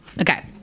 okay